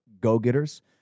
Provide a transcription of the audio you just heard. go-getters